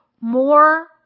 More